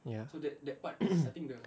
ya